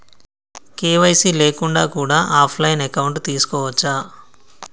KYC లేకుండా కూడా offline account తీసుకోవచ్చా?